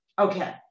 Okay